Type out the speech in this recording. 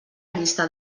llista